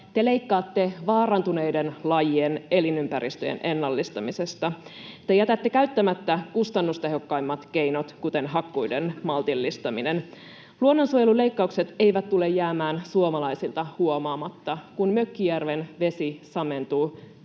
te leikkaatte vaarantuneiden lajien elinympäristöjen ennallistamisesta, te jätätte käyttämättä kustannustehokkaimmat keinot, kuten hakkuiden maltillistamisen. Luonnonsuojeluleikkaukset eivät tule jäämään suomalaisilta huomaamatta. Kun mökkijärven vesi samentuu,